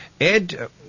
Ed